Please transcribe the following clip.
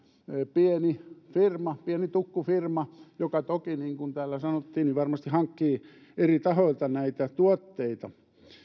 pieni tukkufirma pieni tukkufirma joka toki niin kuin täällä sanottiin varmasti hankkii eri tahoilta näitä tuotteita